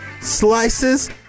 slices